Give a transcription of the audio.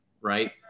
Right